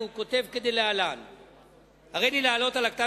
והוא כותב כדלהלן: "הריני להעלות על הכתב